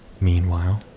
Meanwhile